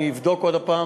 אני אבדוק עוד הפעם.